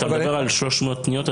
אתה מדבר על 300 פניות.